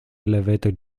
elevator